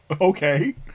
Okay